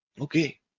Okay